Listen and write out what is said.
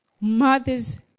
Mothers